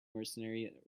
mercenary